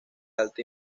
alta